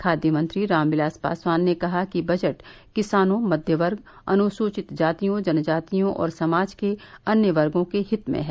खाद्य मंत्री राम विलास पासवान ने कहा कि बजट किसानों मध्य वर्ग अनुसूचित जातियों जनजातियों और समाज के अन्य वर्गों के हित में है